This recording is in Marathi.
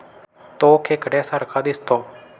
तो खेकड्या सारखा दिसतो